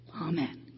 Amen